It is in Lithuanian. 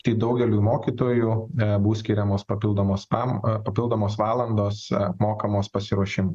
tai daugeliui mokytojų bus skiriamos papildomos pam papildomos valandos apmokamos pasiruošimui